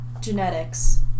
genetics